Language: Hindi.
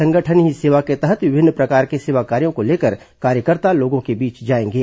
संगठन ही सेवा के तहत विभिन्न प्रकार के सेवा कार्यों को लेकर कार्यकर्ता लोगों के बीच जाएंगे